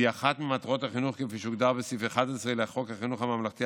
והיא אחת ממטרות החינוך כפי שהוגדר בסעיף 2(א)(11) לחוק חינוך ממלכתי,